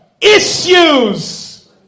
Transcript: issues